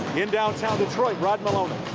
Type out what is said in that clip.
in downtown detroit, rod meloni,